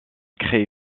crée